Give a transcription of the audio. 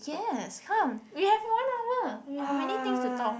yes come we have one hour we have many things to talk